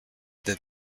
that